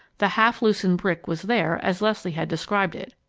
the half-loosened brick was there as leslie had described it,